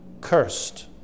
cursed